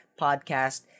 podcast